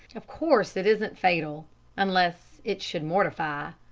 of course it isn't fatal unless it should mortify.